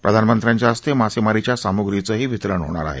प्रधानमंत्र्यांच्या हस्ते मासेमारीच्या सामुप्रीचंही वितरण होणार आहे